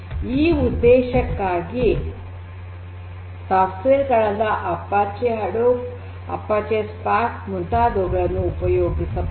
ಈ ಉದ್ದೇಶಕ್ಕಾಗಿ ಸಾಫ್ಟ್ವೇರ್ ಗಳಾದ ಅಪಾಚೆ ಹಡೂಪ್ ಅಪಾಚೆ ಸ್ಪಾರ್ಕ್ ಮುಂತಾದುವುಗಳನ್ನು ಉಪಯೋಗಿಸಬಹುದು